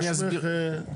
מה שמך?